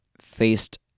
faced